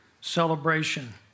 celebration